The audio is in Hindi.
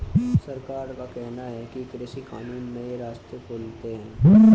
सरकार का कहना है कि कृषि कानून नए रास्ते खोलते है